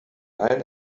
allen